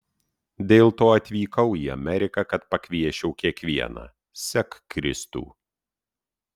dėl to atvykau į ameriką kad pakviesčiau kiekvieną sek kristų